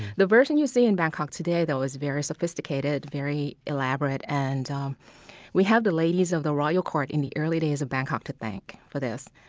the version you see in bangkok today, though, is very sophisticated, very elaborate and um we have the ladies of the royal court in the early days of bangkok to thank for this.